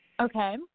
Okay